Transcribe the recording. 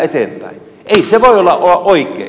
ei se voi olla oikein